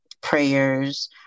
prayers